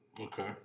Okay